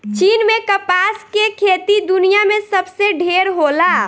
चीन में कपास के खेती दुनिया में सबसे ढेर होला